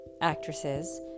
actresses